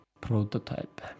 Prototype